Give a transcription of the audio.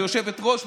ליושבת-ראש,